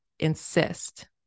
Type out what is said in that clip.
insist